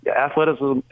Athleticism